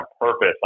purpose